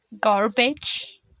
garbage